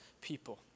people